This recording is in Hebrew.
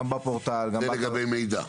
גם בפורטל -- זה לגבי מידע?